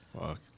Fuck